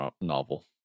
novel